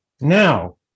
now